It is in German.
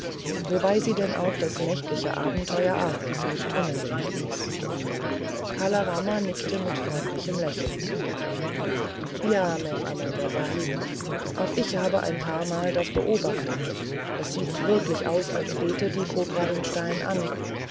wobei sie denn auch das nächtliche abenteuer arthurs nicht unerwähnt ließ kala rama nickte mit freundlichem lächeln ja mem amanda sahib auch ich habe ein paar mal das beobachtet es sieht wirklich aus als bete die kobra den stein an